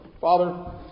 Father